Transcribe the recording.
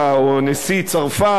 או מנשיא צרפת,